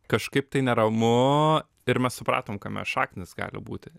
kažkaip tai neramu ir mes supratom kame šaknys gali būti